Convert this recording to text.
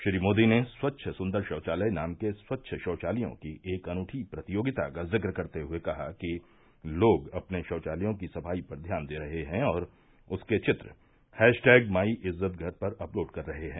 श्री मोदी ने स्वच्छ सुंदर शौचालय नाम के स्वच्छ शौचालयों की एक अनूठी प्रतियोगिता का जिक्र करते हए कहा कि लोग अपने शौचालयों की सफाई पर ध्यान दे रहे हैं और उसके चित्र हैशटैग माईइज्ज्तघर पर अपलोड कर रहे हैं